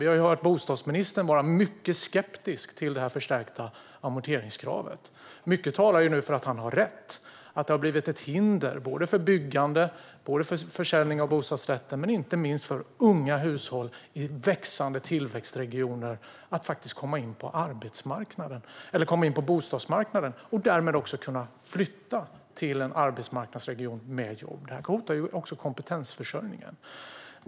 Vi har ju hört bostadsministern vara mycket skeptisk till det förstärkta amorteringskravet. Mycket talar nu för att han har rätt och för att detta har blivit ett hinder för byggande, för försäljning av bostadsrätter och, inte minst, för unga hushåll i växande tillväxtregioner att komma in på bostadsmarknaden och därmed också kunna flytta till en arbetsmarknadsregion med jobb. Detta hotar ju också kompetensförsörjningen.